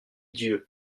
dieu